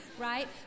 right